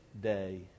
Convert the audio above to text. day